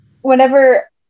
whenever